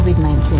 COVID-19